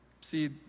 See